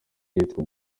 yitwa